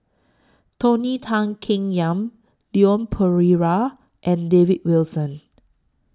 Tony Tan Keng Yam Leon Perera and David Wilson